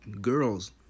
girls